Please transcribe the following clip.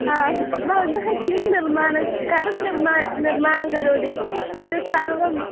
हा भवन्तः किं निर्माणं कथं निर्माणं निर्माणं करोति एतत् सर्वम्